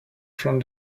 from